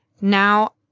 Now